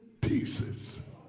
pieces